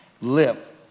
live